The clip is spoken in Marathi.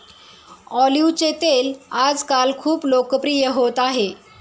ऑलिव्हचे तेल आजकाल खूप लोकप्रिय होत आहे